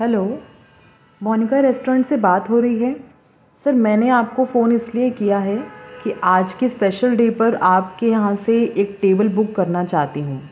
hello Monica restaurant سے بات ہو رہی ہے سر میں نے آپ کو فون اس لیے کیا ہے کہ آج کی اسپیشل ڈے پر آپ کے یہاں سے ایک ٹیبل بک کرنا چاہتی ہوں